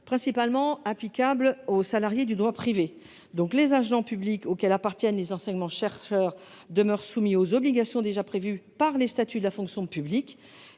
principalement applicables aux salariés de droit privé. Les agents publics, catégorie à laquelle appartiennent les enseignants-chercheurs, demeurent soumis aux obligations déjà prévues par les statuts de la fonction publique.